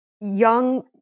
young